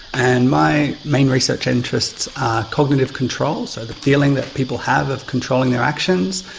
and my main research interests are cognitive control, so the feeling that people have of controlling their actions,